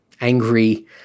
angry